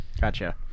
Gotcha